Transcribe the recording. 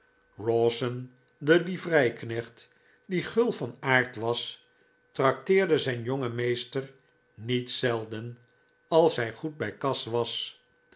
rowson de livreiknecht die gul van aard was trakteerde zijn jongen meester niet zelden als hij goed bij kas was